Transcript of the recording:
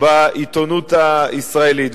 בעיתונות הישראלית.